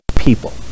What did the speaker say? people